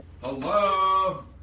hello